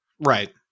right